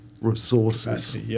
resources